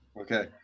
Okay